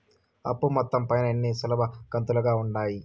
అప్పు మొత్తం పైన ఎన్ని సులభ కంతులుగా ఉంటాయి?